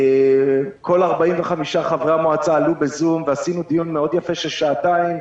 כל 45 חברי המועצה עלו בזום ועשינו דיון יפה מאוד של שעתיים,